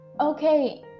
okay